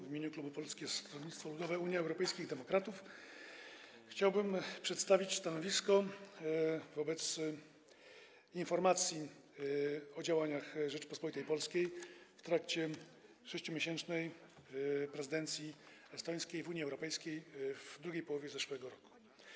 W imieniu klubu Polskiego Stronnictwa Ludowego - Unii Europejskich Demokratów chciałbym przedstawić stanowisko wobec informacji o działaniach Rzeczypospolitej Polskiej w trakcie 6-miesięcznej prezydencji estońskiej w Unii Europejskiej w drugiej połowie zeszłego roku.